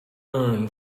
learn